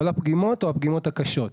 כל הפגימות או הפגימות הקשות?